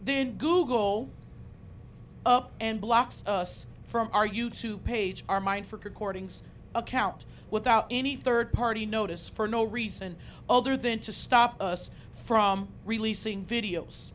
then google up and blocks us from our youtube page our mind for chording account without any third party notice for no reason other than to stop us from releasing videos